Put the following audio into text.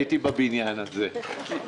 הייתי בבניין הזה.